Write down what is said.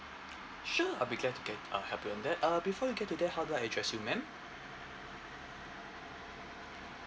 sure I'll be glad to get uh help you on that uh before we get to there how do I address you ma'am